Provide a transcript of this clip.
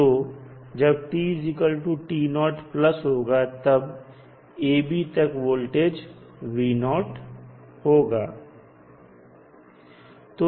तो जब t होगा तब ab तक पर वोल्टेज होगा